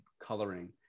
coloring